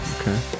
okay